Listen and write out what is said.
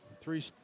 three